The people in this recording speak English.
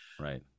Right